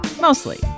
Mostly